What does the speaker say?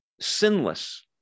sinless